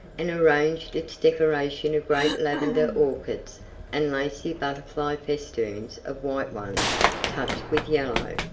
and arranged its decoration of great lavender orchids and lacy butterfly festoons of white ones touched with yellow.